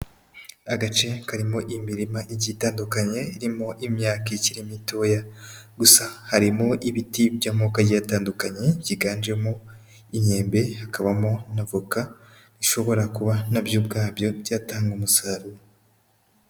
Agace karimo imirima igiye itandukanye irimo imyaka ikiri mitoya, gusa harimo ibiti by'amoko agiye atandukanye, byiganjemo imyembe, hakabamo na voka bishobora kuba na byo ubwabyo byatanga umusaruro.